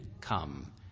come